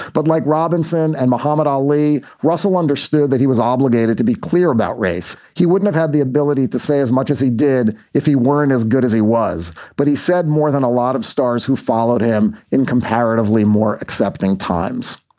but like robinson and muhammad ali. russell understood that he was obligated to be clear about race. he wouldn't have had the ability to say as much as he did if he weren't as good as he was. but he said more than a lot of stars who followed him in comparatively more accepting times.